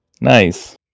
Nice